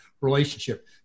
relationship